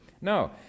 No